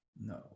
No